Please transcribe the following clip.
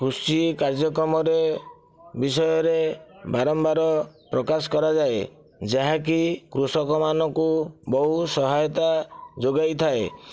କୃଷି କାର୍ଯ୍ୟକ୍ରମରେ ବିଷୟରେ ବାରମ୍ବାର ପ୍ରକାଶ କରାଯାଏ ଯାହାକି କୃଷକ ମାନଙ୍କୁ ବହୁ ସହାୟତା ଯୋଗାଇଥାଏ